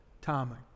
timing